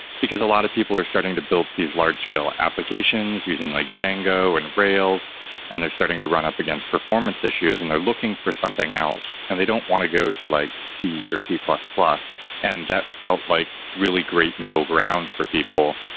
because a lot of people are starting to build these large-scale applications using like django and rails and they're starting to run up against performance issues and they're looking for something else, and they don't want to go to like c or c plus plus that felt like really great middle ground for people.